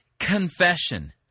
confession